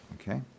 Okay